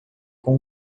com